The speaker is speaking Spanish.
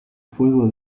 fuego